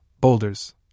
boulders